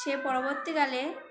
সে পরবর্তীকালে